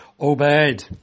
obeyed